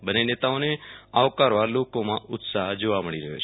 બંને નેતાઓને આવકારવા લોકોમાં ઉત્સાહ જોવા મળી રહ્યો છે